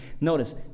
Notice